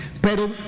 Pero